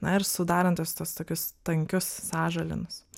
na ir sudarantis tuos tokius tankius sąžalynus